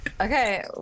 Okay